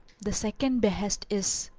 the second behest is,